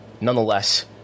nonetheless